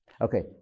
Okay